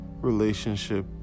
relationship